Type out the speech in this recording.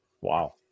Wow